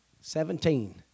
Seventeen